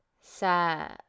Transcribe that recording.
Sa